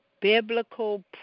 biblical